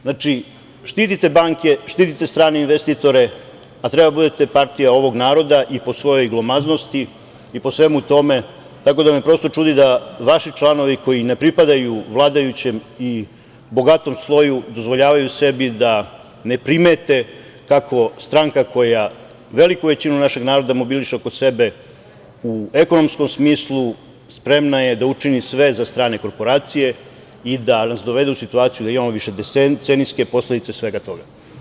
Znači, štitite banke, štitite strane investitore, a treba da budete partija ovog naroda i po svojoj glomaznosti i po svemu tome tako da me, prosto, čudi da vaši članovi, koji ne pripadaju vladajućem i bogatom sloju, dozvoljavaju sebi da ne primete kako stranka koja veliku većinu našeg naroda mobiliše oko sebe u ekonomskom smislu, spremna je da učini sve za strane korporacije i da nas dovede u situaciju da imamo višedecenijske posledice svega toga.